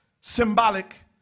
symbolic